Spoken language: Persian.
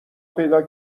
پیدا